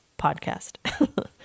podcast